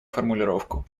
формулировку